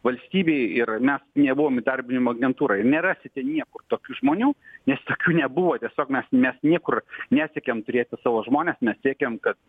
valstybei ir ar ne nebuvom įdarbinimo agentūroj nerasite niekur tokių žmonių nes tokių nebuvo tiesiog mes mes niekur nesiekėm turėti savo žmones mes siekiam kad